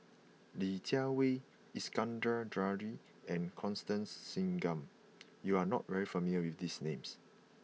Li Jiawei Iskandar Jalil and Constance Singam you are not familiar with these names